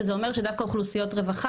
שזה אומר שדווקא אוכלוסיות רווחה,